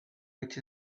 which